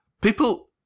people